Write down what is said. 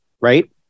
right